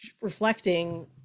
reflecting